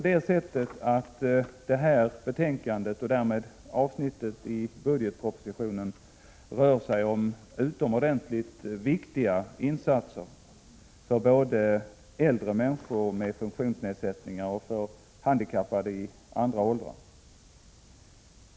Detta betänkande, och därmed även avsnittet i budgetpropositionen, rör utomordentligt viktiga insatser för såväl äldre människor med funktionsnedsättningar som handikappade i andra åldrar.